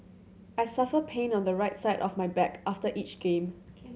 I suffer pain on the right side of my back after each game